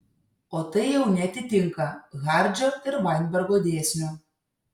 o tai jau neatitinka hardžio ir vainbergo dėsnio